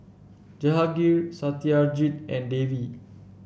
Jehangirr Satyajit and Devi